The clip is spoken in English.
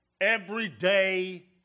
everyday